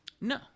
No